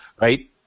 right